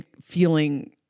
feeling